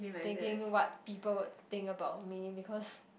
thinking what people think about me because